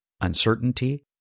Uncertainty